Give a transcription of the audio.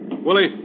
Willie